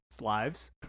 lives